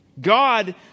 God